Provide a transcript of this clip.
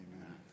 amen